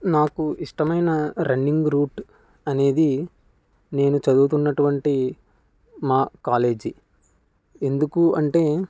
నాకు ఇష్టమైన running route అనేది నేను చదువుతున్నటువంటి మా కాలేజీ ఎందుకు అంటే